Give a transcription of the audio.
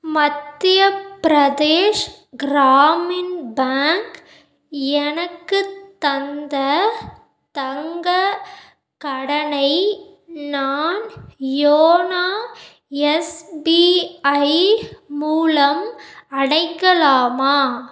மத்திய பிரதேஷ் கிராமின் பேங்க் எனக்கு தந்த தங்க கடனை நான் யோனா எஸ்பிஐ மூலம் அடைக்கலாமா